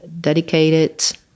dedicated